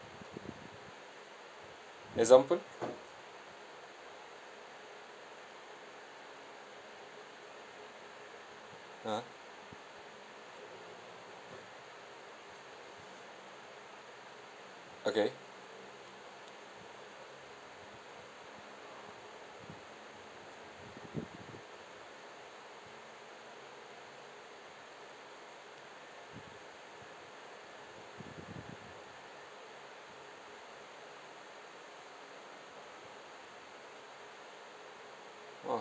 example (uh huh) okay !wah!